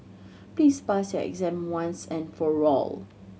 please pass your exam once and for all